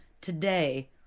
today